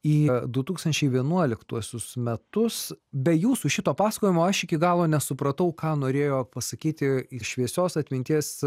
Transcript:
į du tūkstančiai vienuoliktuosius metus be jūsų šito pasakojimo aš iki galo nesupratau ką norėjo pasakyti ir šviesios atminties